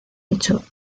hecho